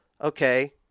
okay